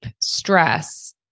stress